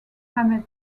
ahmed